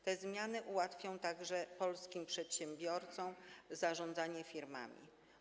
Te zmiany ułatwią także polskim przedsiębiorcom zarządzanie firmami.